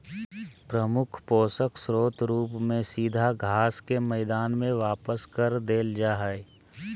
प्रमुख पोषक स्रोत रूप में सीधा घास के मैदान में वापस कर देल जा हइ